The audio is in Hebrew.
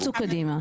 רוצו קדימה.